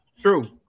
True